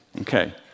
Okay